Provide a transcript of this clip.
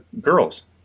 girls